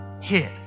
hit